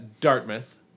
Dartmouth